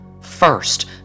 first